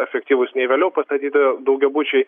efektyvūs nei vėliau pastatyti daugiabučiai